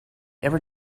ever